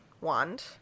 wand